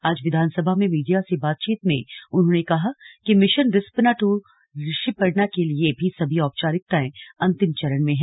आज विधानसभा में मीडिया से बातचीत में उन्होंने कहा कि भिशन रिस्पना ट्र ऋषिपर्णा के लिए भी सभी औपचारिकाताएं अन्तिम चरण में हैं